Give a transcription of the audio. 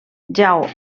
jau